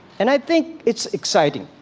and i think it's exciting